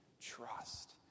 trust